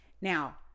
Now